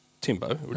Timbo